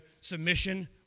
submission